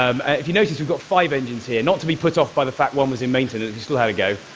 um if you notice, we've got five engines here not to be put off by the fact one was in maintenance, still had a go.